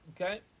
okay